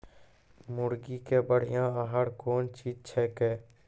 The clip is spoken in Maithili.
मुर्गी के बढ़िया आहार कौन चीज छै के?